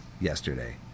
yesterday